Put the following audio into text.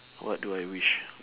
what do I wish